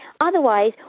otherwise